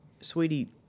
sweetie